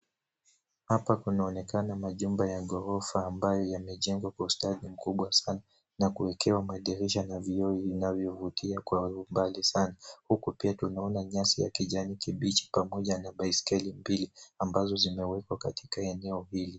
Hapa kunaonekana majumba ya ghorofa ambayo yamejengwa kwa ustadi mkubwa sana na kuekewa madirisha na vioo vinavyovutia kwa umbali sana huku pia tunaona nyasi ya kijani kibichi pamoja na baiskeli mbili ambazo zimewekwa katika eneo hili.